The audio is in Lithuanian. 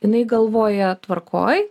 jinai galvoja tvarkoj